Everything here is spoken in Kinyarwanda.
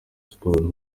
sports